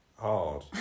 hard